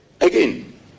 Again